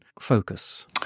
focus